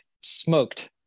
smoked